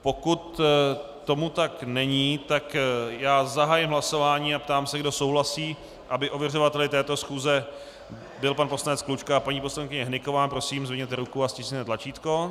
Pokud tomu tak není, zahájím hlasování a ptám se, kdo souhlasí, aby ověřovateli této schůze byli pan poslanec Klučka a paní poslankyně Hnyková, prosím, zvedněte ruku a stiskněte tlačítko.